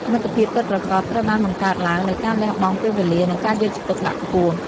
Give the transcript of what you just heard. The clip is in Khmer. មិត្តភាពពិតប្រាកដត្រូវបានបង្កើតឡើងដោយការលះបង់ពេលវេលា និងការយកចិត្តទុកដាក់ខ្ពស់។